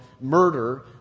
murder